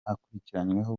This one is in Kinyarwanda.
akurikiranyweho